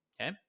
Okay